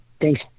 Thanks